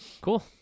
Cool